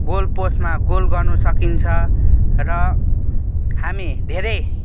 goal पोस्टमा goal गर्नु सकिन्छ र हामी धेरै